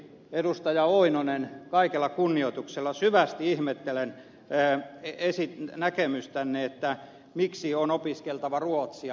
pentti oinonen kaikella kunnioituksella syvästi ihmettelen näkemystänne miksi on opiskeltava ruotsia